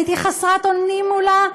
הייתי חסרת אונים מולה.